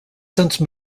since